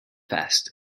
fest